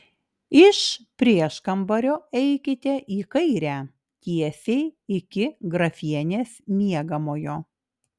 iš prieškambario eikite į kairę tiesiai iki grafienės miegamojo